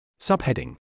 Subheading